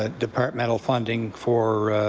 ah departmental funding for